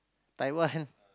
Taiwan